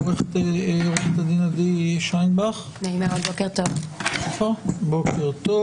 עורכת הדין עדי שיינבאך, בוקר טוב,